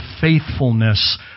faithfulness